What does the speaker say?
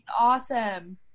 awesome